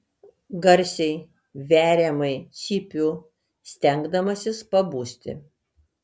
garsiai veriamai cypiu stengdamasis pabusti